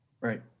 Right